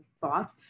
thought